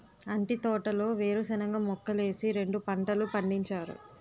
అంటి తోటలో వేరుశనగ మొక్కలేసి రెండు పంటలు పండించారు